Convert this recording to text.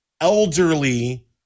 elderly